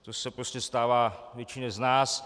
To se prostě stává většině z nás.